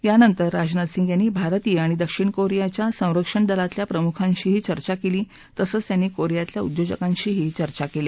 यानंतर राजनाथ सिंग यांनी भारतीय आणि दक्षिण कोरियाच्या संरक्षण दलातल्या प्रमुखांशीही चर्चा केली तसंच त्यांनी कोरियातल्या उद्योजकांशी चर्चा केली